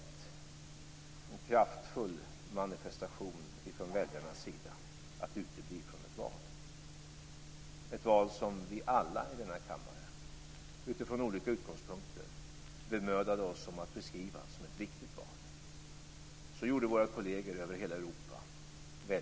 Det är en kraftfull manifestation från väljarnas sida att utebli från ett val - ett val som vi alla i denna kammare, utifrån olika utgångspunkter, bemödade oss om att beskriva som ett viktigt val. Så gjorde våra kolleger över hela Europa.